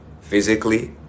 physically